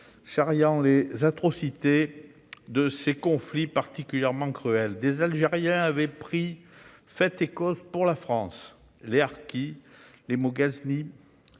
charriant les atrocités inhérentes à ces conflits particulièrement cruels. Des Algériens avaient pris fait et cause pour la France : les harkis, les moghaznis